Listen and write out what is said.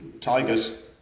Tiger's